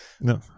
no